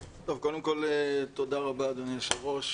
תודה רבה אדוני היו"ר.